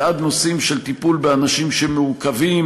ועד נושאים של טיפול באנשים שמעוכבים,